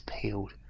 peeled